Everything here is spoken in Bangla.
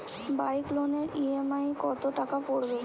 বাইক লোনের ই.এম.আই কত টাকা পড়বে?